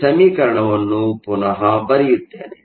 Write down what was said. ಈ ಸಮೀಕರಣವನ್ನು ಪುನಃ ಬರೆಯುತ್ತೇನೆ